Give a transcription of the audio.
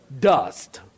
dust